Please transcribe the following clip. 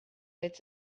its